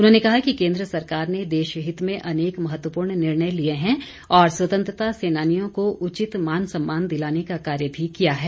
उन्होंने कहा कि केंद्र सरकार ने देश हित में अनेक महत्वपूर्ण निर्णय लिए हैं और स्वतंत्रता सैनानियों को उचित मान सम्मान दिलाने का कार्य भी किया है